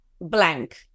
blank